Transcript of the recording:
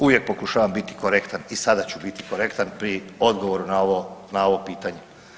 Uvijek pokušavam biti korektan i sada ću biti korektan pri odgovoru na ovo, na ovo pitanje.